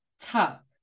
top